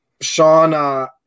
Sean